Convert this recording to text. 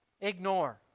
Ignore